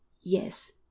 Yes